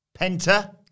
Penta